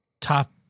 top